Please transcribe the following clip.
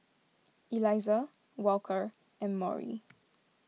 Elisa Walker and Maury